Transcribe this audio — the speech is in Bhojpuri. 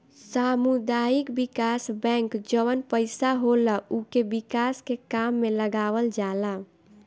सामुदायिक विकास बैंक जवन पईसा होला उके विकास के काम में लगावल जाला